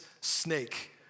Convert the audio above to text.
snake